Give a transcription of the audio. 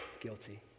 Guilty